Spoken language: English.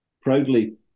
proudly